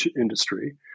industry